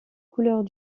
couleurs